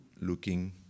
looking